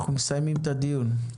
אנחנו מסיימים את הדיון.